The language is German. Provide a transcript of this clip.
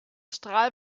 strahl